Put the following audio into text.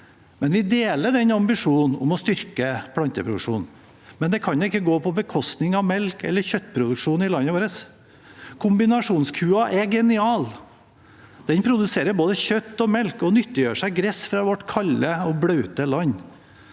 Vi deler ambisjonen om å styrke planteproduksjonen, men det kan ikke gå på bekostning av melke- eller kjøttproduksjon i landet vårt. Kombinasjonskua er genial. Den produserer både kjøtt og melk og nyttiggjør seg gress fra vårt kalde og blaute land.